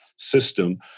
system